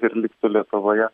ir liksiu lietuvoje